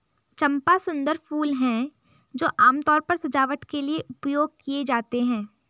चंपा सुंदर फूल हैं जो आमतौर पर सजावट के लिए उपयोग किए जाते हैं